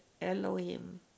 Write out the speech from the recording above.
Elohim